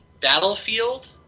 Battlefield